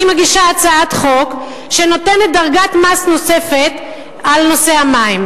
אני מגישה הצעת חוק שנותנת דרגת מס נוספת על נושא המים,